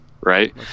right